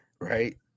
right